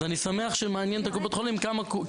אז אני שמח שמעניין את קופות החולים כמה.